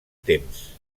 temps